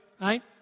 right